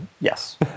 yes